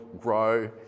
grow